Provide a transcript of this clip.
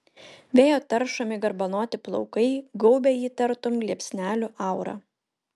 vėjo taršomi garbanoti plaukai gaubia jį tartum liepsnelių aura